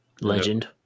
Legend